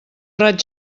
raig